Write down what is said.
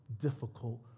difficult